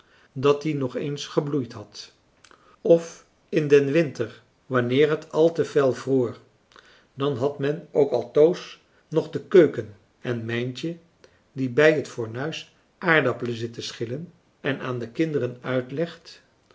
dat die nog eens gebloeid had of in den winter wanneer het al te fel vroor dan had men ook altoos nog de keuken en mijntje die bij het fornuis aardappelen zit te schillen en aan de kinderen uitlegt